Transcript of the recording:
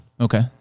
Okay